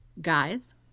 guys